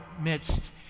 midst